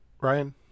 Ryan